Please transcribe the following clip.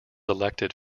elected